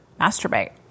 masturbate